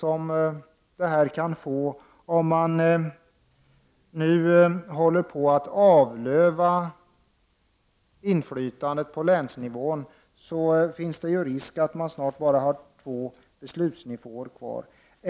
Om man håller på att avlöva inflytandet på länsnivån finns det ju risk att man snart bara har två beslutsnivåer kvar.